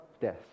death